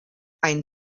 einen